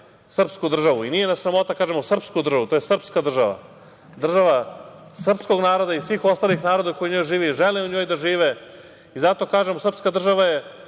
sprsku državu. I nije nas sramota da kažemo srpsku državu, to je srpska država, država srpskog naroda i svih ostalih naroda koji u njoj žive i žele u njoj da žive. Zato kažem srpska država je